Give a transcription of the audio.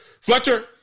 Fletcher